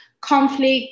conflict